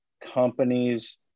companies